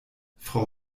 frau